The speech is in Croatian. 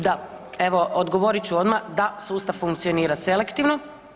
Da, evo odgovorit ću odmah da sustav funkcionira selektivno.